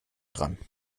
dran